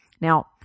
Now